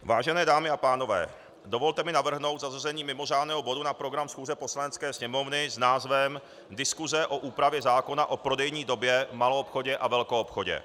Vážené dámy a pánové, dovolte mi navrhnout zařazení mimořádného bodu na program schůze Poslanecké sněmovny s názvem Diskuse o úpravě zákona o prodejní době v maloobchodě a velkoobchodě.